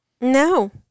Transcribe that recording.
No